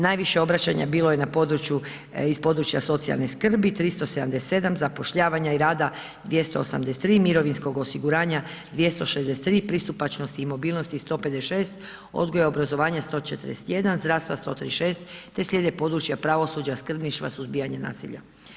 Najviše obraćanja bilo je na području, iz područja socijalne skrbi, 377, zapošljavanja i rada 283, mirovinskog osiguranja, 263, pristupačnosti i mobilnosti 156, odgoja i obrazovanja 141, zdravstva 136 te slijede područja pravosuđa, skrbništva, suzbijanja naselja.